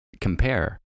compare